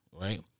right